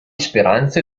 speranze